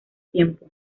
tiempo